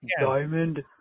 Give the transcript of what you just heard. diamond